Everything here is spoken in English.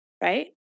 Right